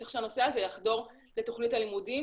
צריך שהנושא הזה יחדור לתכנית הלימודים